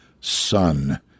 son